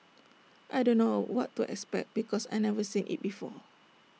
I don't know what to expect because I've never seen IT before